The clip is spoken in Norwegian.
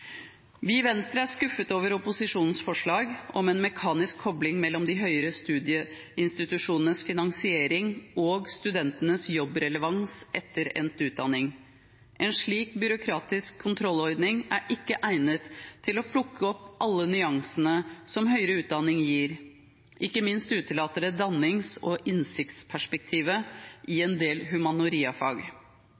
Vi i Venstre er skuffet over opposisjonens forslag om en mekanisk kobling mellom de høyere studieinstitusjonenes finansiering og studentenes jobbrelevans etter endt utdanning. En slik byråkratisk kontrollordning er ikke egnet til å plukke opp alle nyansene som høyere utdanning gir. Ikke minst utelater det dannings- og innsiktsperspektivet i